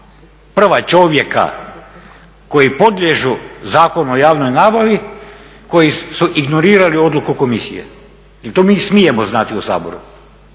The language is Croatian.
prva čovjeka koji podliježu Zakonu o javnoj nabavi koji su ignorirali odluku komisije? Jel to mi smijemo znati u Saboru?